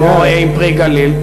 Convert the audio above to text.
כמו עם "פרי הגליל"?